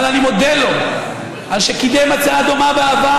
אבל אני מודה לו על שקידם הצעה דומה בעבר